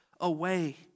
away